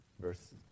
Verse